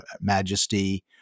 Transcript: majesty